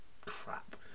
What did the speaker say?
Crap